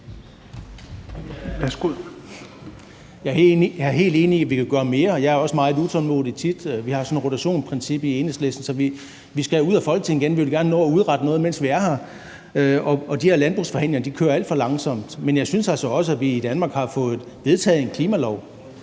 er helt enig i, at vi kan gøre mere, og jeg er også tit meget utålmodig. Vi har sådan et rotationsprincip i Enhedslisten, så vi skal ud af Folketinget igen – vi vil gerne nå at udrette noget, mens vi er her. Og de her landbrugsforhandlinger kører alt for langsomt. Men jeg synes altså også, at vi i Danmark har fået vedtaget en klimalov,